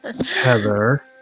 Heather